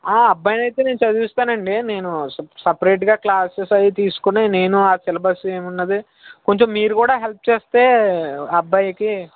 అబ్బాయనైతే నేను చదివిస్తానండి నేను సపరేట్గా క్లాసెస్ అవి తీసుకుని నేను ఆ సిలబస్ ఏమున్నది కొంచెం మీరు కూడా హెల్ప్ చేస్తే అబాయ్కి